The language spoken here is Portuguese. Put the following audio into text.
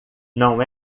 não